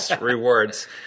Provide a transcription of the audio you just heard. rewards